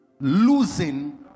losing